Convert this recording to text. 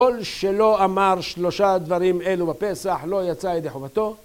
כל שלא אמר שלושה דברים אלו בפסח, לא יצא ידי חובתו.